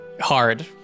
hard